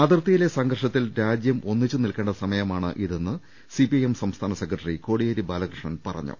അതിർത്തിയിലെ സംഘർഷത്തിൽ രാജ്യം ഒന്നിച്ചു നിൽക്കേണ്ട സമയമാണിതെന്ന് സിപിഐഎം സംസ്ഥാന സെക്രട്ടറി കോടിയേരി ബാലകൃഷ്ണൻ പറഞ്ഞു